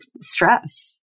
stress